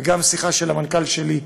וגם שיחה של המנכ"ל שלי,